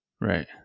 Right